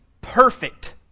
perfect